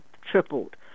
tripled